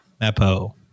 mapo